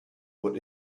what